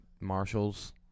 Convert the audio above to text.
Marshalls